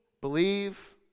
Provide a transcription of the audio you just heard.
Believe